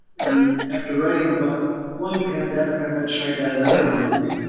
and after writing about one pandemic i'm not sure i got another one in me.